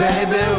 Baby